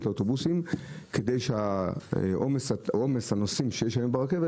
לאוטובוס כדי לדלל את עומס הנוסעים ברכבת.